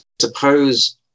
suppose